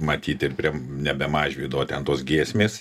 matyt ir prie nebe mažvydo ten tos giesmės